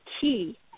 key